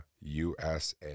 USA